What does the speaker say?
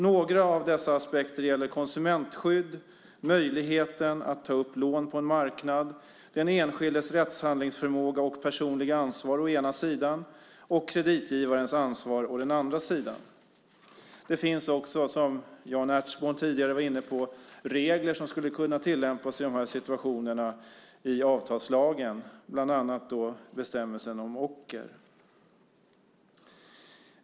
Några av dessa aspekter gäller konsumentskydd, möjligheten att ta upp lån på en marknad samt den enskildes rättshandlingsförmåga och personliga ansvar å den ena sidan och kreditgivarens ansvar å den andra sidan. Det finns också, som Jan Ertsborn tidigare var inne på, regler i avtalslagen som skulle kunna tillämpas i dessa situationer, bland annat bestämmelsen om ocker.